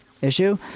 issue